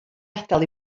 adael